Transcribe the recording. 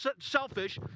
selfish